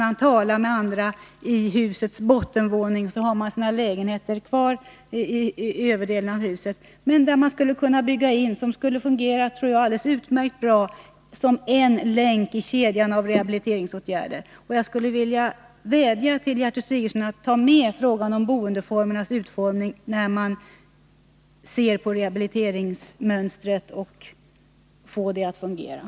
Man talar med andra människor i husets bottenvåning, och sedan har man sina lägenheter i överdelen av huset. Det tror jag skulle kunna fungera alldeles utmärkt bra som en länk i kedjan av rehabiliteringsåtgärder. Jag skulle vilja vädja till Gertrud Sigurdsen att ta med frågan om boendets utformning i arbetet på ett rehabiliteringsmönster som fungerar.